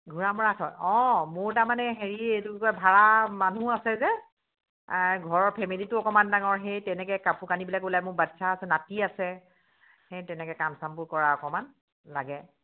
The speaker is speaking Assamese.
ঘোঁৰামৰা ওচৰত অঁ মোৰ তাৰমানে হেৰি এইটো কি কয় ভাড়া মানুহ আছে যে ঘৰৰ ফেমিলিতটো অকণমান ডাঙৰ সেই তেনেকৈ কাপোৰ কানিবিলাক ওলায় মোৰ বাচ্ছা আছে নাতি আছে সেই তেনেকৈ কাম চামবোৰ কৰা অকণমান লাগে